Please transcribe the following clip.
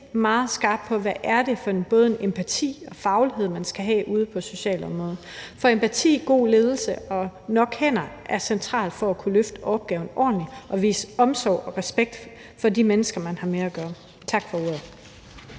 meget nøje på, hvad det er for en empati og faglighed, man skal have på socialområdet. For empati, god ledelse og nok hænder er centralt for at kunne løfte opgaven ordentligt og vise omsorg og respekt for de mennesker, man har med at gøre. Tak for ordet.